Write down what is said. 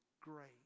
great